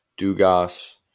Dugas